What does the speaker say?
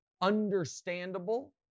understandable